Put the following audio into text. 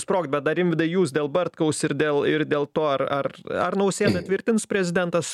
sprogt bet dar rimvydai jūs dėl bartkaus ir dėl ir dėl to ar ar ar nausėda tvirtins prezidentas